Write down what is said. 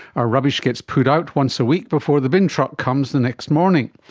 our rubbish gets put out once a week before the bin truck comes the next morning.